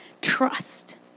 trust